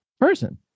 person